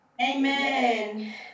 amen